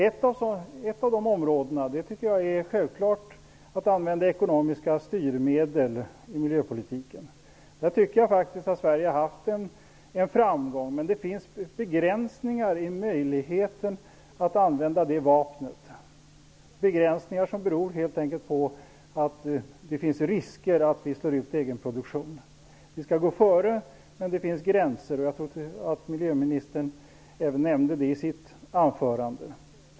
Ett av de områdena tycker jag självklart är att använda ekonomiska styrmedel i miljöpolitiken. Där tycker jag faktiskt att Sverige har haft en framgång. Men det finns begränsningar i möjligheten att använda det vapnet, begränsningar som helt enkelt beror på att det finns risk för att vi slår ut egen produktion. Vi skall gå före, men det finns gränser. Jag tror att även miljöministern nämnde det i sitt anförande.